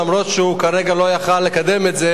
אף שהוא כרגע לא יכול היה לקדם את זה,